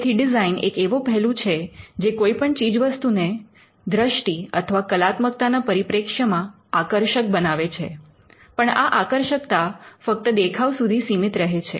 તેથી ડિઝાઇન એક એવો પહેલું છે જે કોઈપણ ચીજવસ્તુને દૃષ્ટિ અથવા કલાત્મકતા ના પરિપ્રેક્ષ્યમાં આકર્ષક બનાવે છે પણ આ આકર્ષકતા ફક્ત દેખાવ સુધી સીમિત રહે છે